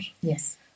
yes